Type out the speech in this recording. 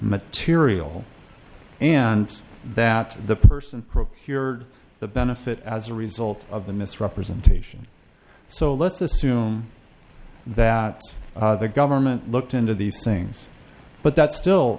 material and that the person procured the benefit as a result of the misrepresentation so let's assume that the government looked into these things but that's still